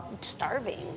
starving